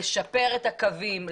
לשפר את הקווים.